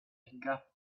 gap